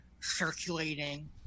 circulating